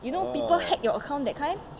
you know people hack your account that kind